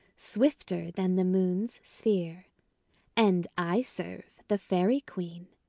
swifter than the moon's sphere and i serve the fairy queen,